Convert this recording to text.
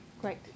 Great